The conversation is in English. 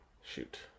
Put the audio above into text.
shoot